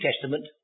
Testament